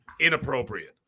inappropriate